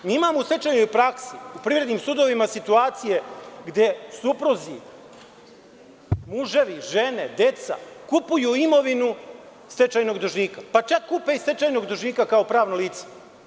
Mi imamo u stečajnoj praksi, u privrednim sudovima situacije gde supruzi, muževi, žene, deca, kupuju imovinu stečajnog dužnika, pa čak kupe i stečajnog dužnika, kao pravno lice.